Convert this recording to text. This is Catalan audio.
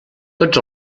tots